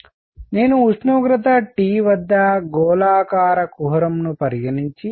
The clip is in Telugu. కాబట్టి నేను ఉష్ణోగ్రత T వద్ద గోళాకార కుహరంను పరిగణించి